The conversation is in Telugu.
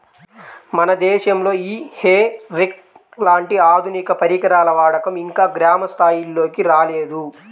మన దేశంలో ఈ హే రేక్ లాంటి ఆధునిక పరికరాల వాడకం ఇంకా గ్రామ స్థాయిల్లోకి రాలేదు